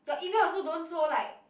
your email also don't so like